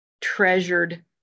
treasured